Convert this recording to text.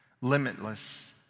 limitless